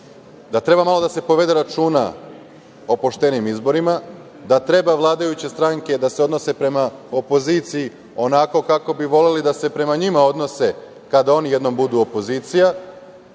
da treba malo da se povede računa o poštenim izborima, da treba vladajuće stranke da se odnose prema opoziciji onako kako bi voleli da se prema njima odnose kada oni jednom budu opozicija.